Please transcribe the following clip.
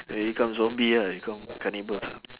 I become zombie ah you become cannibals ah